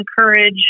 encourage